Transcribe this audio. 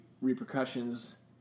repercussions